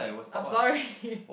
I'm sorry